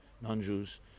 non-Jews